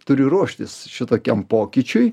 turi ruoštis šitokiam pokyčiui